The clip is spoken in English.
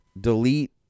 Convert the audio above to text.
delete